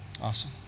Awesome